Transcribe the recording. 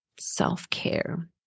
self-care